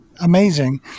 amazing